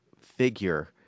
figure